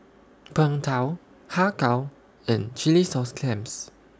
Png Tao Har Kow and Chilli Sauce Clams